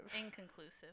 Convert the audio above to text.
Inconclusive